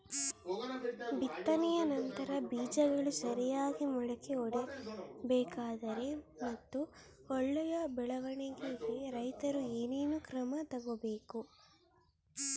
ಬಿತ್ತನೆಯ ನಂತರ ಬೇಜಗಳು ಸರಿಯಾಗಿ ಮೊಳಕೆ ಒಡಿಬೇಕಾದರೆ ಮತ್ತು ಒಳ್ಳೆಯ ಬೆಳವಣಿಗೆಗೆ ರೈತರು ಏನೇನು ಕ್ರಮ ತಗೋಬೇಕು?